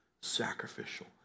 sacrificial